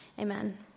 Amen